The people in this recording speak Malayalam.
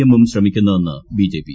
എമ്മും ശ്രമിക്കുന്നതെന്ന് ബിജെപി